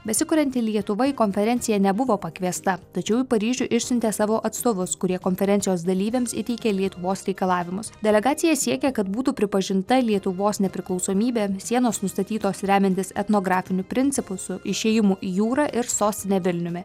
besikurianti lietuva į konferenciją nebuvo pakviesta tačiau į paryžių išsiuntė savo atstovus kurie konferencijos dalyviams įteikė lietuvos reikalavimus delegacija siekė kad būtų pripažinta lietuvos nepriklausomybė sienos nustatytos remiantis etnografiniu principu su išėjimu į jūrą ir sostine vilniumi